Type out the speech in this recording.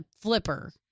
flipper